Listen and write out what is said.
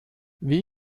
wie